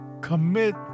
Commit